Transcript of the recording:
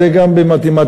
זה גם במתמטיקה,